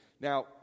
now